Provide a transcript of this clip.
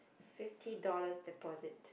fifty dollars deposit